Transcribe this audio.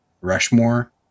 Rushmore